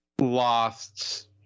lost